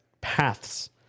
paths